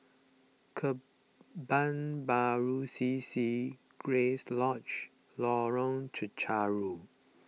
Kebun Baru C C Grace Lodge and Lorong Chencharu